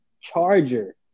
charger